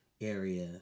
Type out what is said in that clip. area